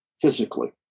physically